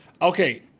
Okay